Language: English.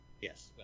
Yes